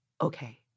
Okay